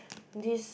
this